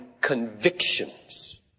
convictions